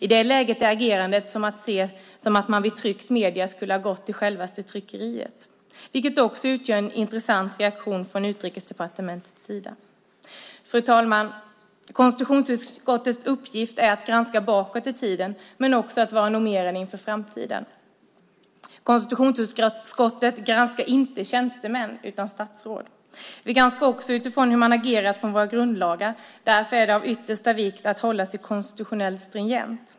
I det läget är agerandet att ses som att man vid tryckta medier skulle ha gått till självaste tryckeriet - vilket också utgör en intressant reaktion från Utrikesdepartementets sida. Fru talman! Konstitutionsutskottets uppgift är att granska bakåt i tiden, men också att vara normerande inför framtiden. Konstitutionsutskottet granskar inte tjänstemän utan statsråd. Vi granskar också utifrån hur man agerat från våra grundlagar, och därför är det av yttersta vikt att hålla sig konstitutionellt stringent.